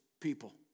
people